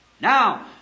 Now